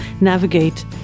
navigate